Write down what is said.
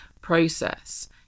process